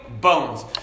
bones